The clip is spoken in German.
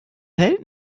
hält